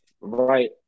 right